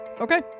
Okay